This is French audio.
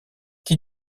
qui